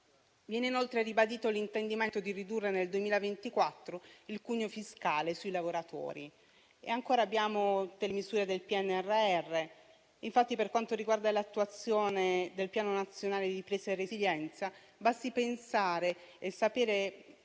Viene inoltre ribadito l'intendimento di ridurre nel 2024 il cuneo fiscale sui lavoratori. E ancora, abbiamo le misure del PNRR. Infatti, per quanto riguarda l'attuazione del Piano nazionale di ripresa